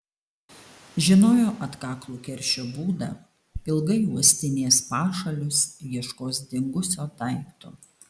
žinojo atkaklų keršio būdą ilgai uostinės pašalius ieškos dingusio daikto